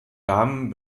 damen